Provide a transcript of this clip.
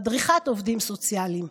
מדריכת עובדים סוציאליים,